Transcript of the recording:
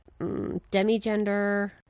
Demigender